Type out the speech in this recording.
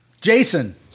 Jason